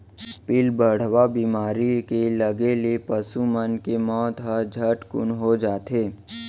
पिलबढ़वा बेमारी के लगे ले पसु मन के मौत ह झटकन हो जाथे